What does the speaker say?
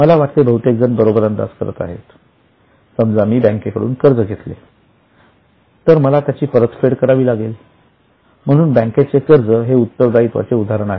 मला वाटते बहुतेक जण बरोबर अंदाज करत आहेत समजा मी बँकेकडून कर्ज घेतले तर मला त्याची परतफेड करावी लागेल म्हणून बँकेचे कर्ज हे उत्तरदायित्वाची उदाहरण आहे